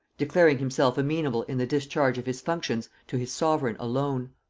declaring himself amenable in the discharge of his functions to his sovereign alone.